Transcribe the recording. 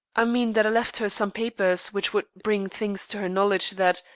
i mean that i left her some papers which would bring things to her knowledge that,